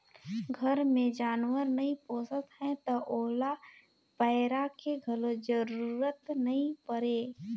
घर मे जानवर नइ पोसत हैं त ओला पैरा के घलो जरूरत नइ परे